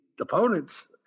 opponents